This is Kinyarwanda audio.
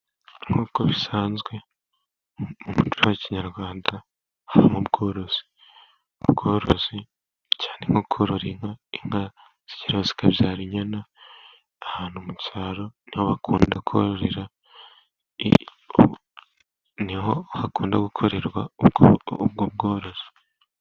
Nk'uko bisanzwe mu muco wa kinyarwanda habamo ubworozi, ubworozi cyane nko korora inka inka zigeraho zikabyara inyana, ahantu mu cyaro niho hakunda gukorerwa ubwoko bworozi.